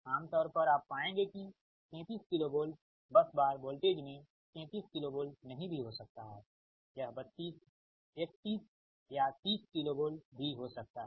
आम तौर पर आप पाएंगे कि 33 KV बस बार वोल्टेज में 33 KV नहीं भी हो सकता है यह 32 31 या 30 KV का भी हो सकता है